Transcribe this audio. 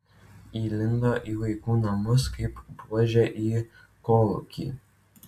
įlindo į vaikų namus kaip buožė į kolūkį